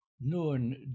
known